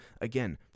Again